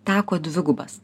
teko dvigubas